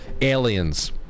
aliens